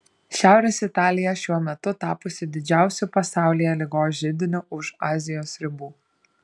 šiaurės italija šiuo metu tapusi didžiausiu pasaulyje ligos židiniu už azijos ribų